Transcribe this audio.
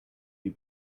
you